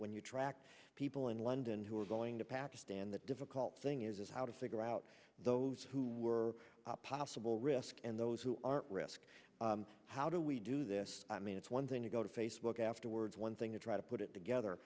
when you track people in london who are going to pakistan the difficult thing is is how to figure out those who were possible risk and those who aren't risk how do we do this i mean it's one thing to go to facebook app words one thing to try to put it together